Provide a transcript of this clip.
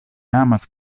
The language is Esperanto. amas